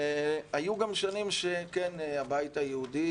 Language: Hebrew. והיו גם שנים שהבית היהודי,